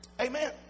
Amen